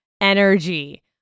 energy